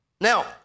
Now